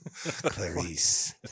Clarice